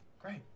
Great